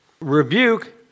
Rebuke